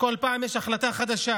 כל פעם יש החלטה חדשה,